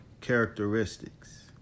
characteristics